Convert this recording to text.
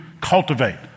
cultivate